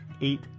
eight